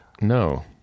No